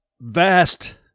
vast